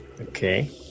Okay